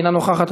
אינה נוכחת.